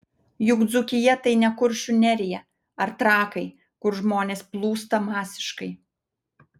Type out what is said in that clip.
juk dzūkija tai ne kuršių nerija ar trakai kur žmonės plūsta masiškai